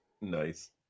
Nice